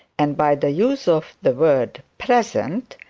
and by the use of the word present,